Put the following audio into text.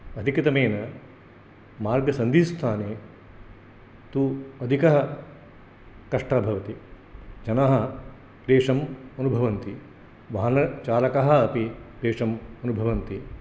अधिकतमेन मार्गसन्धिस्थाने तु अधिकः कष्टः भवति जनाः क्लेशम् अनुभन्ति वाहनचालकः क्लेशम् अनुभवन्ति